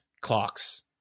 clocks